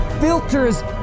filters